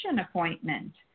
appointment